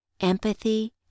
Empathy